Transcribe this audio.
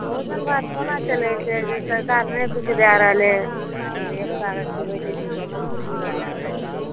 भोजन भात कोना चलै छै सरकार नहि किछु दय रहलै हँ धिया पुताकेँ खिलाबै छै दुकानसँ चुड़ा लयकऽ